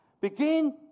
Begin